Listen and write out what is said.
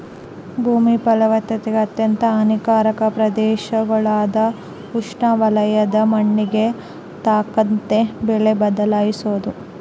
ಭೂಮಿ ಫಲವತ್ತತೆಗೆ ಅತ್ಯಂತ ಹಾನಿಕಾರಕ ಪ್ರದೇಶಗುಳಾಗ ಉಷ್ಣವಲಯದ ಮಣ್ಣಿಗೆ ತಕ್ಕಂತೆ ಬೆಳೆ ಬದಲಿಸೋದು